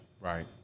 Right